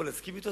או להסכים אתו,